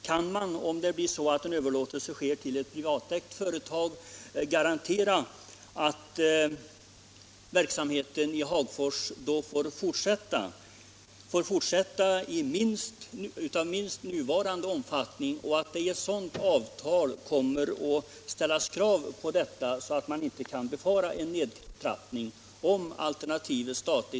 Kan man, om det blir fråga om överlåtelse till ett privatägt företag, garantera att verksamheten i Hagfors får fortsätta i minst nuvarande omfattning och att i ett sådant avtal kommer att ställas krav på detta, så att man inte behöver befara en nedtrappning?